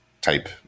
type